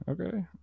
Okay